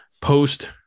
post